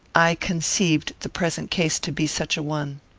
i conceived the present case to be such a one.